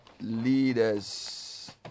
leaders